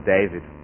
David